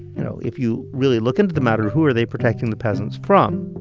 you know, if you really look into the matter, who are they protecting the peasants from?